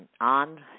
on